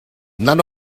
none